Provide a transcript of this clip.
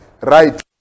Right